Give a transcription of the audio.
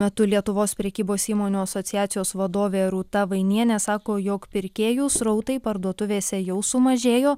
metu lietuvos prekybos įmonių asociacijos vadovė rūta vainienė sako jog pirkėjų srautai parduotuvėse jau sumažėjo